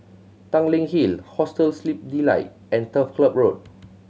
Tanglin Hill Hostel Sleep Delight and Turf Club Road